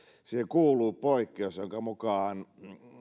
siihen kuuluu poikkeus jonka mukaan